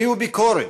השמיעו ביקורת,